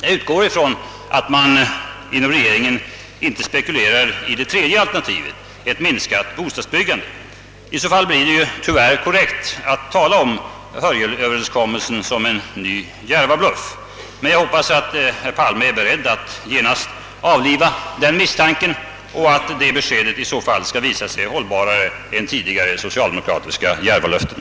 Jag utgår ifrån att man inom regeringen inte spekulerar i det tredje alternativet: ett minskat bostadsbyggande. I så fall blir det tyvärr korrekt att tala om Hörjelöverenskommelsen som en ny Järvabluff. Jag hoppas att herr Palme är beredd att genast avliva den misstanken och att det beskedet i så fall skall visa sig hållbarare än tidigare socialdemokratiska »Järvalöften».